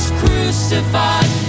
crucified